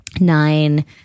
nine